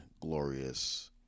glorious